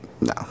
No